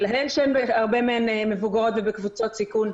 שהרבה מהן מבוגרות ובקבוצות סיכון,